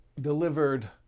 delivered